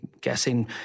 guessing